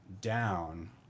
down